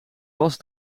was